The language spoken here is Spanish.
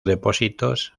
depósitos